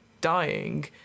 dying